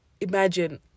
Imagine